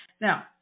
Now